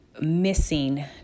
missing